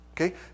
Okay